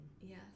Yes